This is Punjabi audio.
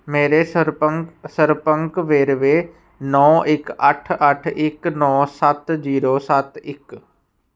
ਮੇਰੇ ਸਰਪੰ ਸਰਪੰਕ ਵੇਰਵੇ ਨੌਂ ਇੱਕ ਅੱਠ ਅੱਠ ਇੱਕ ਨੌਂ ਸੱਤ ਜੀਰੋ ਸੱਤ ਇੱਕ